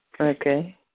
Okay